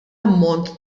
ammont